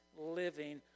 living